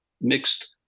mixed